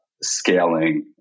scaling